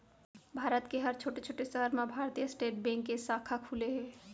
भारत के हर छोटे छोटे सहर म भारतीय स्टेट बेंक के साखा खुले हे